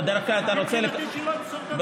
בדרך כלל אתה רוצה, מבחינתי שלא ימסור את הדירה.